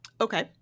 Okay